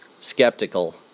skeptical